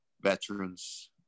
veterans